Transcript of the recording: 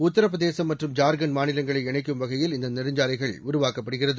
உத்தரபிரதேசும் மற்றும் ஜார்கண்ட் மாநிலங்களை இணைக்கும் வகையில் இந்த நெடுஞ்சாலைகள் உருவாக்கப்படுகிறது